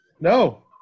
No